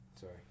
Sorry